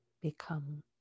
become